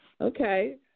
Okay